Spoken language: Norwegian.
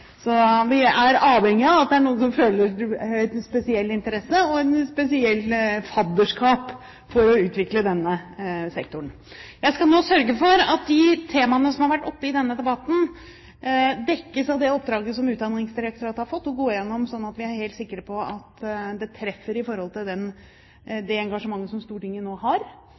Så vi er avhengig av at det er noen som føler en spesiell interesse, og et spesielt fadderskap, for å utvikle denne sektoren. Jeg skal nå sørge for at de temaene som har vært oppe i denne debatten, dekkes av det oppdraget som Utdanningsdirektoratet har fått, og gå igjennom det slik at vi er helt sikre på at det treffer i forhold til det engasjementet som Stortinget nå har.